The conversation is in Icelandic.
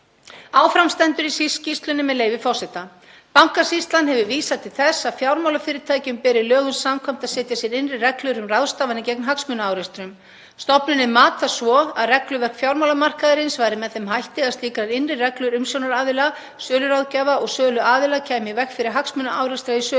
Áfram stendur í skýrslunni, með leyfi forseta: „Bankasýslan hefur vísað til þess að fjármálafyrirtækjum beri lögum samkvæmt að setja sér innri reglur um ráðstafanir gegn hagsmunaárekstrum. Stofnunin mat það svo að regluverk fjármálamarkaðarins væri með þeim hætti að slíkar innri reglur umsjónaraðila, söluráðgjafa og söluaðila kæmu í veg fyrir hagsmunaárekstra í sölunni.